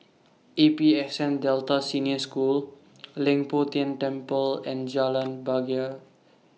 A P S N Delta Senior School Leng Poh Tian Temple and Jalan